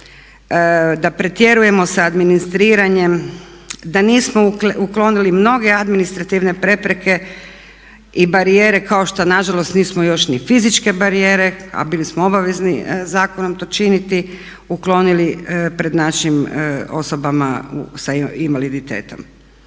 da pretjerujemo sa administriranjem, da nismo uklonili mnoge administrativne prepreke i barijere kao što nažalost nismo još ni fizičke barijere a bili smo obavezni zakonom to činiti, uklonili pred našim osobama sa invaliditetom.